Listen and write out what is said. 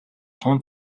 тун